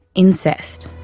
incest,